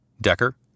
Decker